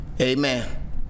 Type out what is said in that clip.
amen